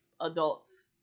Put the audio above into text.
adults